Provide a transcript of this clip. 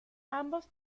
ambos